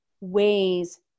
ways